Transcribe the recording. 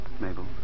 Mabel